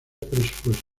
presupuesto